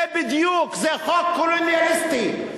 זה בדיוק חוק קולוניאליסטי,